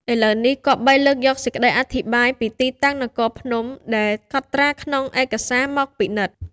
ឥឡូវនេះ គប្បីលើកយកសេចក្តីអធិប្បាយពីទីតាំងនគរភ្នំ ដែលកត់ត្រាក្នុង ឯកសារមកពិនិត្យ ។